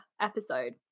episode